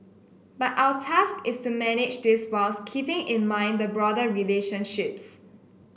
but our task is to manage this whilst keeping in mind the broader relationships